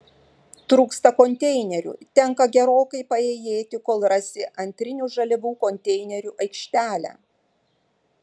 trūksta konteinerių tenka gerokai paėjėti kol rasi antrinių žaliavų konteinerių aikštelę